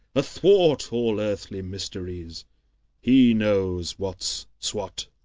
athwart all earthly mysteries he knows what's swat.